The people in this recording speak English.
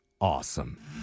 awesome